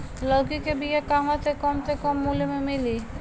लौकी के बिया कहवा से कम से कम मूल्य मे मिली?